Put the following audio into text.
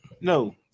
No